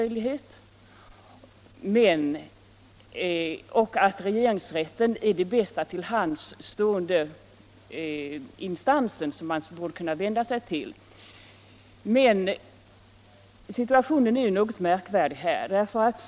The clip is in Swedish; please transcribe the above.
| I princip instämmer jag också i herr Molins förslag att låta regeringsrätten vara besvärsinstans för överklagande av enskilt statsråds beslut. Jag menar att det bör finnas en besvärsmöjlighet och att regeringsrätten är den bästa instans som står till buds. Men situationen är något märklig.